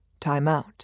timeout